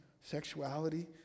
sexuality